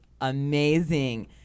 amazing